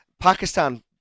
Pakistan